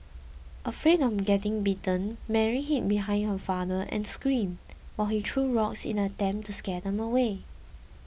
afraid of getting bitten Mary hid behind her father and screamed while he threw rocks in an attempt to scare them away